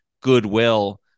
goodwill